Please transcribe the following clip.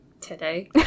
today